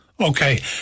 Okay